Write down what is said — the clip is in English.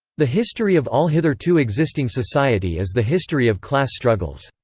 the history of all hitherto existing society is the history of class struggles.